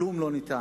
כלום לא אפשרי.